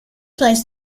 place